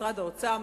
משרד האוצר,